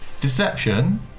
Deception